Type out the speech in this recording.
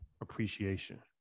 appreciation